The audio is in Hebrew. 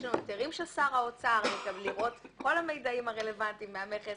יש לנו היתרים של שר האוצר לראות את כל המידעים הרלוונטיים מהמכס,